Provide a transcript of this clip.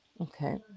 Okay